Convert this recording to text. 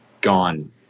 gone